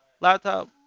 laptop